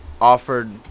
offered